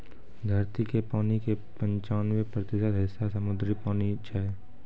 धरती के पानी के पंचानवे प्रतिशत हिस्सा समुद्री पानी छै